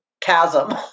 chasm